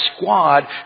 squad